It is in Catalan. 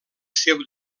seu